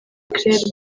claire